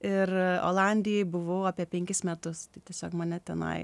ir olandijoj buvau apie penkis metus tai tiesiog mane tenai